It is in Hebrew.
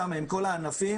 עם כל הענפים,